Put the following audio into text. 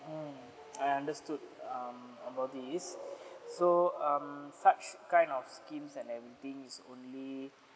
mm I understood um about this so um such kind of schemes and everything is only